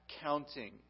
counting